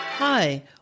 Hi